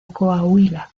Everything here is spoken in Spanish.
coahuila